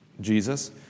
Jesus